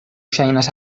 ŝajnas